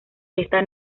esta